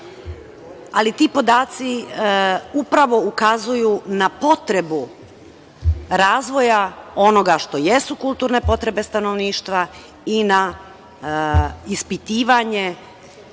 ali ti podaci upravo ukazuju na potrebu razvoja onoga što jesu kulturne potrebe stanovništva i na ispitivanje,